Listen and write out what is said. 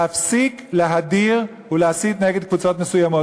להפסיק להדיר ולהסית נגד קבוצות מסוימות.